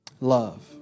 Love